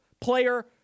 player